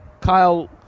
Kyle